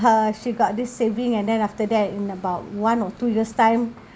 her she got this saving and then after that in about one or two years' time